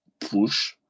push